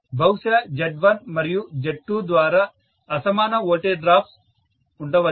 బహుశా Z1మరియు Z2 ద్వారా అసమాన వోల్టేజ్ డ్రాప్స్ ఉండవచ్చు